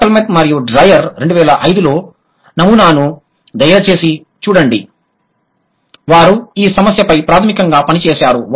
హాస్పెల్మత్ మరియు డ్రైయర్ 2005 నమూనాను దయచేసి చూడండి వారు ఈ సమస్యపై ప్రాథమికంగా పని చేశారు